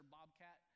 Bobcat